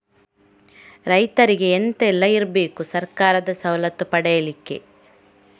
ರೈತರಿಗೆ ಎಂತ ಎಲ್ಲ ಇರ್ಬೇಕು ಸರ್ಕಾರದ ಸವಲತ್ತು ಪಡೆಯಲಿಕ್ಕೆ?